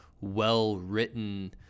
well-written